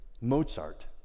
Mozart